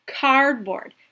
cardboard